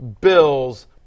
Bills